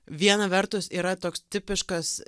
viena vertus yra toks tipiškas